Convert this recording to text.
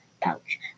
pouch